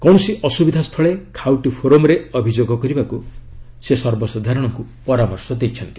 କୌଣସି ଅସୁବିଧା ସ୍ଥୁଳେ ଖାଉଟି ଫୋରମରେ ଅଭିଯୋଗ କରିବାକୁ ସେ ଲୋକମାନଙ୍କୁ ପରାମର୍ଶ ଦେଇଛନ୍ତି